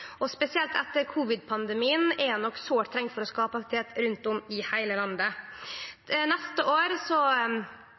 krav. Spesielt etter covid-19-pandemien er han nok sårt trengd for å skape aktivitet rundt om i heile landet.